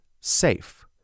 SAFE